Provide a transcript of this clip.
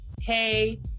hey